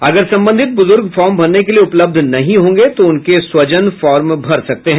अगर संबंधित बुजुर्ग फॉर्म भरने के लिये उपलब्ध नहीं होंगे तो उनके स्वजन फॉर्म भर सकते हैं